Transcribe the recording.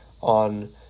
on